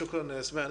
שוכרן, אסמהאן.